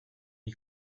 you